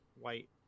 white